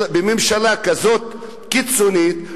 בממשלה כזאת קיצונית,